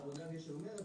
העבודה ומרצ,